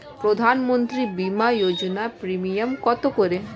প্রধানমন্ত্রী বিমা যোজনা প্রিমিয়াম কত করে?